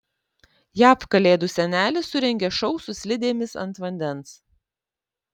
jav kalėdų senelis surengė šou su slidėmis ant vandens